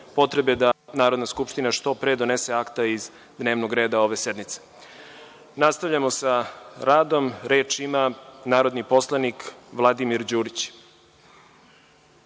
potrebe da Narodna skupština što pre donese akte iz dnevnog reda ove sednice. Nastavljamo sa radom. Reč ima narodni poslanik Vladimir Đurić.